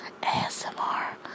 ASMR